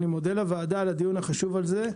אני מודה לוועדה על הדיון החשוב הזה.